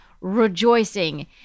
rejoicing